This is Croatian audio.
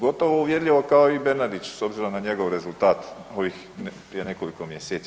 Gotovo uvjerljivo kao i Bernardić s obzirom na njegov rezultat ovih, prije nekoliko mjeseci.